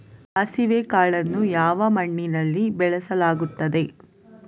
ಸಾಸಿವೆ ಕಾಳನ್ನು ಯಾವ ಮಣ್ಣಿನಲ್ಲಿ ಬೆಳೆಸಲಾಗುತ್ತದೆ?